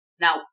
Now